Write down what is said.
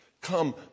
Come